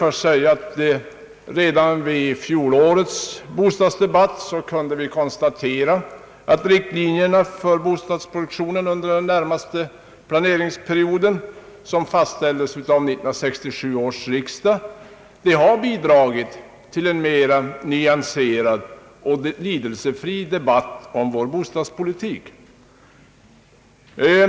Redan vid fjolårets bostadsdebatt kunde vi konstatera att riktlinjerna för bostadsproduktionen under den närmaste planeringsperioden, vilka fastställdes av 1967 års riksdag, har bidragit till en mera nyanserad och lidelsefri debatt om vår bostadspolitik.